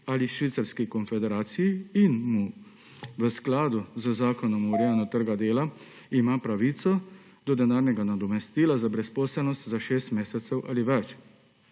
ali Švicarski konfederaciji in ima v skladu z Zakonom o urejanju trga dela pravico do denarnega nadomestila za brezposelnost za šest mesecev ali več.